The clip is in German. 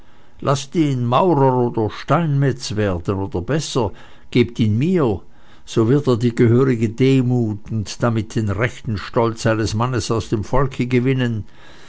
laßt ihn maurer oder steinmetz werden oder besser gebt ihn mir so wird er die gehörige demut und damit den rechten stolz eines mannes aus dem volke gewinnen